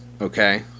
okay